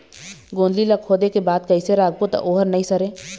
गोंदली ला खोदे के बाद कइसे राखबो त ओहर नई सरे?